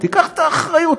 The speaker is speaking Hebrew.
תיקח את האחריות,